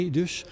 dus